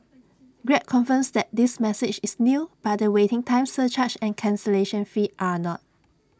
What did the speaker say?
grab confirms that this message is new but the waiting time surcharge and cancellation fee are not